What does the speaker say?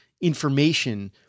information